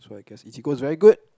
so I guess eatigo is very good